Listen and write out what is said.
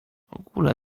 ogóle